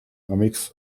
mix